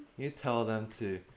you tell them to.